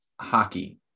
hockey